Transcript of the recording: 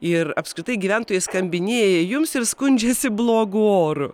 ir apskritai gyventojai skambinėja jums ir skundžiasi blogu oru